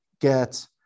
get